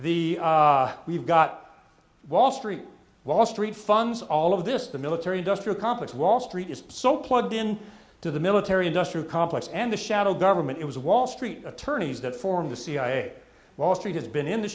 the we've got wall street wall street funds all of this the military industrial complex wall street is so plugged in to the military industrial complex and the shadow government it was wall street attorneys that formed the cia wall street has been in the